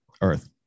Earth